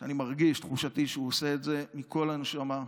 אני מרגיש, תחושתי היא שהוא עושה את זה מכל הנשמה,